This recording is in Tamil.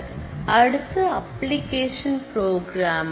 அடுத்து அப்ளிகேஷன் புரோகிராமர்